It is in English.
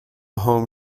home